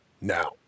now